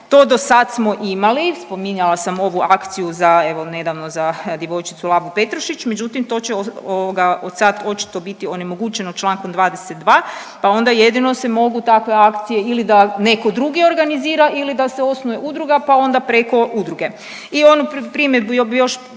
To do sad smo imali, spominjala sam ovu akciju evo nedavno za djevojčicu Lavu Petrušić, međutim to će od sada očito biti onemogućeno čl. 22. Pa onda jedino se mogu takve akcije ili da netko drugi organizira ili da se osnuje udruga pa onda preko udruge. I onu primjedbu bi još